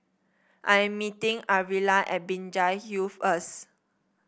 I am meeting Arvilla at Binjai Hill first